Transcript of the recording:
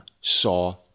saw